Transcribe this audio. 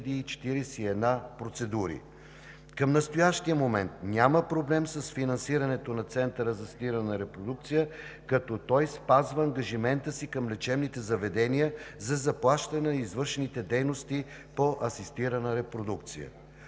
Към настоящия момент няма проблем с финансирането на Центъра за асистирана репродукция, като той спазва ангажимента си към лечебните заведения за заплащане на извършените дейности по асистирана репродукция.